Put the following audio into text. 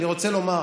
אני רוצה לומר,